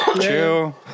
chill